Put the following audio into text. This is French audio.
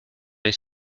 les